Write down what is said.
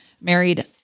married